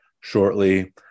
shortly